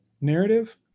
narrative